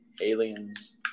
aliens